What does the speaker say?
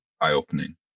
eye-opening